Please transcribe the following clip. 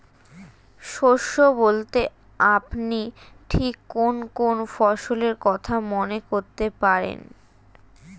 শস্য বলতে আপনি ঠিক কোন কোন ফসলের কথা মনে করতে পারেন?